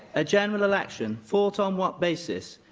a general election fought on what basis?